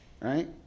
right